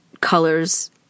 colors